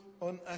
on